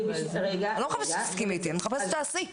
אני לא מחפשת שתסכימי איתי, אני מחפשת שתעשי.